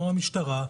המשטרה,